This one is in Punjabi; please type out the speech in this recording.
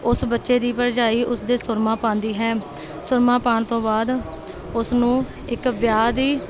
ਉਸ ਬੱਚੇ ਦੀ ਭਰਜਾਈ ਉਸ ਦੇ ਸੁਰਮਾ ਪਾਉਂਦੀ ਹੈ ਸੁਰਮਾ ਪਾਉਣ ਤੋਂ ਬਾਅਦ ਉਸ ਨੂੰ ਇੱਕ ਵਿਆਹ ਦੀ